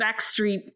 backstreet